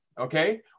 okay